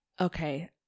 okay